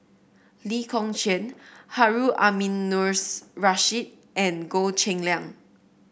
Lee Kong Chian Harun Aminurrashid and Goh Cheng Liang